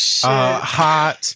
hot